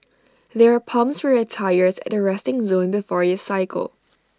there are pumps for your tyres at the resting zone before you cycle